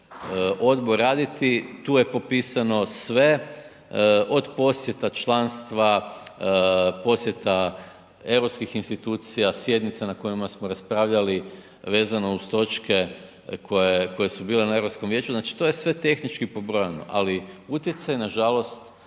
odbor raditi, tu je popisano sve od posjeta članstva, posjeda europskih institucija, sjednica na kojima smo raspravljali vezano uz točke koja je, koje su bile na Europskom vijeću, znači to je sve tehnički pobrojano, ali utjecaj nažalost